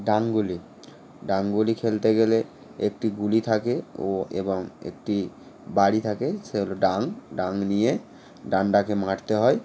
ডাঙ্গুলি ডাঙ্গুলি খেলতে গেলে একটি গুলি থাকে ও এবং একটি বাড়ি থাকে সে হলো ডাং ডাং নিয়ে ডান্ডাকে মারতে হয়